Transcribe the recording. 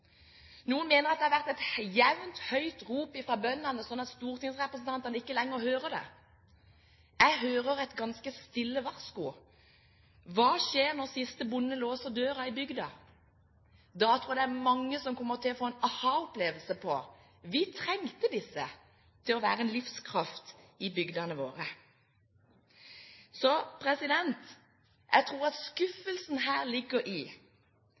Noen mener at det har vært et jevnt høyt rop fra bøndene, slik at stortingsrepresentantene ikke lenger hører det. Jeg hører et ganske stille varsko. Hva skjer når siste bonde låser døren i bygda? Da tror jeg det er mange som kommer til å få en aha-opplevelse: Vi trengte disse til å være en livskraft i bygdene våre. Så jeg tror at skuffelsen her ligger i